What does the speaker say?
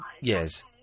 Yes